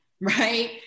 right